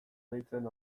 deitzen